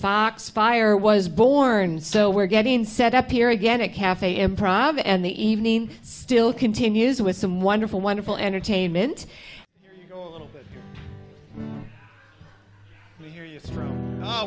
foxfire was born so we're getting set up here again at cafe improv and the evening still continues with some wonderful wonderful entertainment